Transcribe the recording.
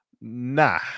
Nah